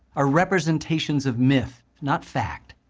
are representations of myth, not fact.